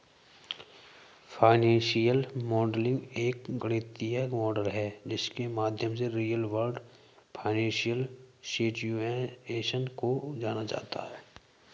financial modelling एक गणितीय model है जिसके माध्यम से रियल वर्ल्ड फाइनेंशियल सिचुएशन को जाना जाता है